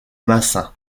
massin